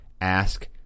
ask